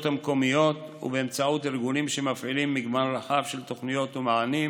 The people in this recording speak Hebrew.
המקומיות ובאמצעות ארגונים שמפעילים מגוון רחב של תוכניות ומענים,